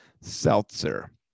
seltzer